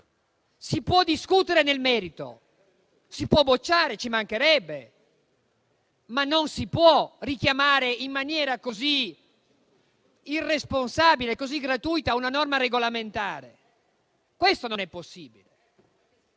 Si può discutere nel merito e si può bocciare un emendamento: ci mancherebbe. Non si può, però, richiamare in maniera così irresponsabile, così gratuita, una norma regolamentare. Questo non è possibile.